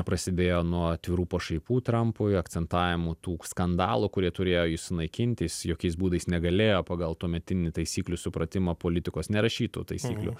prasidėjo nuo atvirų pašaipų trampui akcentavimų tų skandalų kurie turėjo jį sunaikinti jis jokiais būdais negalėjo pagal tuometinį taisyklių supratimą politikos nerašytų taisyklių